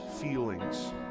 feelings